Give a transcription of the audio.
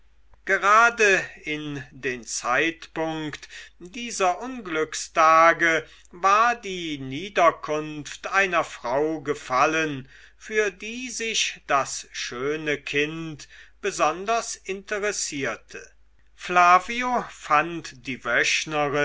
gerade in den zeitpunkt dieser unglückstage war die niederkunft einer frau gefallen für die sich das schöne kind besonders interessierte flavio fand die